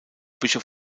bischof